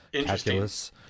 calculus